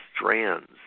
strands